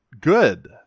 good